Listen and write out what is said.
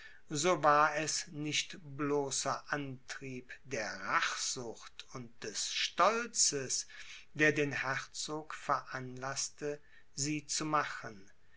so war es nicht bloßer antrieb der rachsucht und des stolzes der den herzog veranlaßte sie zu machen